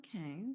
Okay